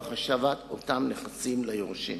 לצורך השבת אותם נכסים ליורשים.